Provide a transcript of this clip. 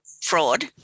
fraud